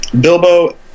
Bilbo